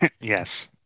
yes